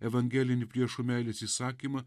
evangelinių priešų meilės įsakymą